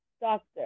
doctor